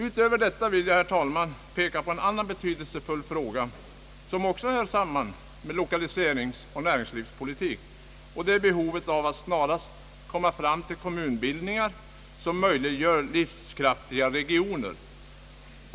Utöver detta vill jag, herr talman, peka på en annan betydelsefull fråga, som också hör samman med lokaliseringsoch näringslivspolitik, och det är behovet av att snarast komma fram till kommunbildningar som möjliggör livskraftiga regioner.